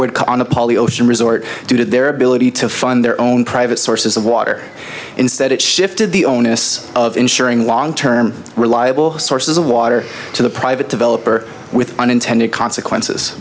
the ocean resort to their ability to find their own private sources of water instead it shifted the onus of ensuring long term reliable sources of water to the private developer with unintended consequences